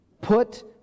Put